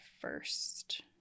first